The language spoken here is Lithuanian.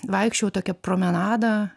vaikščiojau tokią promenadą